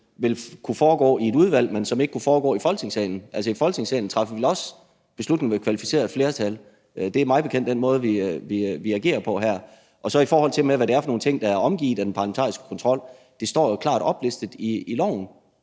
vil kunne foregå i et udvalg, men som ikke vil kunne foregå i Folketingssalen? Altså, i Folketingssalen træffer vi også beslutninger med et kvalificeret flertal – det er mig bekendt den måde, vi agerer på her. I forhold til hvad det er for nogle ting, der er underlagt den parlamentariske kontrol, vil jeg sige, at det jo står klart oplistet i loven.